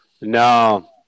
No